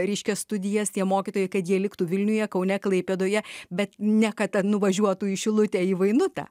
ryškias studijas tie mokytojai kad jie liktų vilniuje kaune klaipėdoje bet ne kad nuvažiuotų į šilutę į vainutę